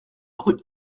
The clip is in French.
rue